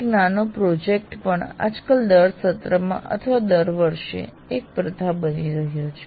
એક નાનો પ્રોજેક્ટ પણ આજકાલ દર સત્રમાં અથવા દર વર્ષે એક પ્રથા બની રહ્યો છે